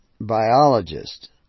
Biologist